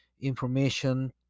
information